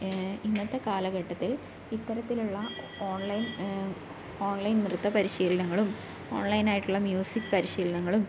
ഏ ഇന്നത്തെ കാലഘട്ടത്തിൽ ഇത്തരത്തിലുള്ള ഓൺലൈൻ ഓൺലൈൻ നൃത്ത പരിശീലനങ്ങളും ഓൺലൈൻ ആയിട്ടുള്ള മ്യൂസിക് പരിശീലനങ്ങളും